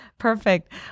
Perfect